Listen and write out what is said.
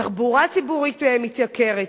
תחבורה ציבורית מתייקרת.